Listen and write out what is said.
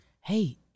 Hey